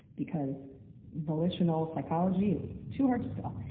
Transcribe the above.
because volitional psychology is too hard to spell,